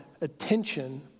attention